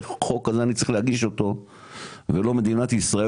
איך חוק כזה אני צריך להגיש אותו ולא מדינת ישראל?